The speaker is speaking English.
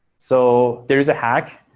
so there is a hack,